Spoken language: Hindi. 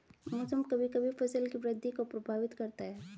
मौसम कभी कभी फसल की वृद्धि को प्रभावित करता है